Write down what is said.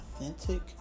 authentic